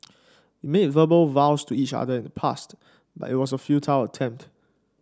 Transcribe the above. verbal vows to each other in the past but it was a futile attempt